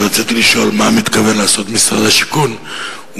שרציתי לשאול מה מתכוון משרד השיכון לעשות,